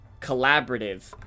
collaborative